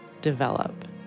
develop